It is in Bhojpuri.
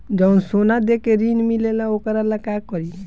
जवन सोना दे के ऋण मिलेला वोकरा ला का करी?